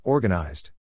Organized